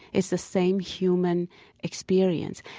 it's the same human experience